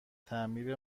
تعمیر